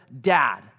dad